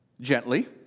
Gently